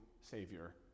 savior